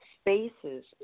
spaces